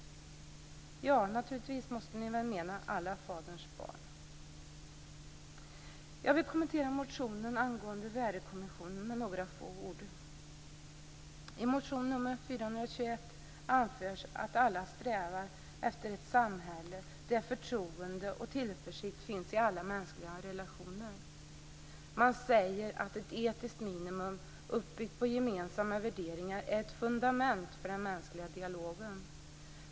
Naturligtvis måste ni väl mena alla faderns barn. Jag vill kommentera motionen angående värdekommissionen med några få ord. I motion nr 421 anförs att alla strävar efter ett samhälle där förtroende och tillförsikt finns i alla mänskliga relationer. Man säger att ett etiskt minimum uppbyggt på gemensamma värderingar är ett fundament för den mänskliga dialogen.